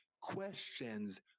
questions